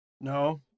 No